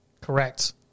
Correct